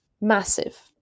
massive